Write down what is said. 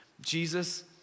Jesus